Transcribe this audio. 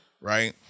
Right